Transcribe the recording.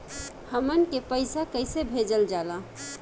हमन के पईसा कइसे भेजल जाला?